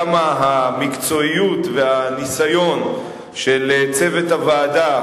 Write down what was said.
כמה המקצועיות והניסיון של צוות הוועדה,